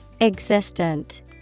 Existent